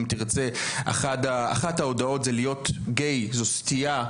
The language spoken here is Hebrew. אחת ההודעות זה "להיות גיי זו סטייה,